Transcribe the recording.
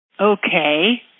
Okay